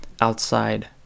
outside